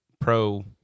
pro